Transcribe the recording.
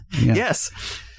Yes